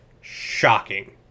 Shocking